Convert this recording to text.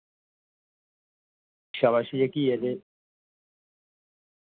शाबाशी जेह्की ऐ ते